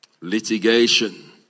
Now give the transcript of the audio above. litigation